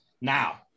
Now